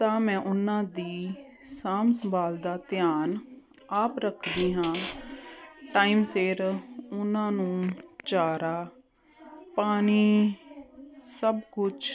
ਤਾਂ ਮੈਂ ਉਹਨਾਂ ਦੀ ਸਾਂਭ ਸੰਭਾਲ ਦਾ ਧਿਆਨ ਆਪ ਰੱਖਦੀ ਹਾਂ ਟਾਈਮ ਸਿਰ ਉਹਨਾਂ ਨੂੰ ਚਾਰਾ ਪਾਣੀ ਸਭ ਕੁਛ